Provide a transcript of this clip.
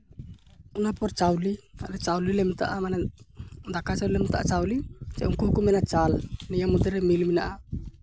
ᱚᱱᱟ ᱯᱚᱨ ᱪᱟᱣᱞᱮ ᱟᱞᱮ ᱪᱟᱣᱞᱮ ᱞᱮ ᱢᱮᱛᱟᱜᱼᱟ ᱢᱟᱱᱮ ᱫᱟᱠᱟ ᱪᱟᱣᱞᱮ ᱢᱮᱛᱟᱜᱼᱟ ᱪᱟᱣᱞᱮ ᱥᱮ ᱩᱱᱠᱩ ᱦᱚᱸᱠᱚ ᱢᱮᱱᱟ ᱪᱟᱞ ᱱᱤᱭᱟᱹ ᱢᱚᱫᱽᱫᱷᱮ ᱨᱮ ᱢᱤᱞ ᱢᱮᱱᱟᱜᱼᱟ